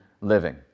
living